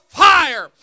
fire